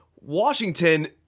Washington